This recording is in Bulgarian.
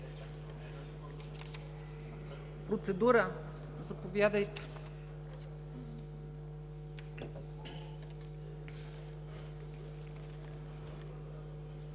Процедура? Заповядайте.